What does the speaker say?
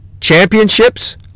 Championships